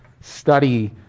study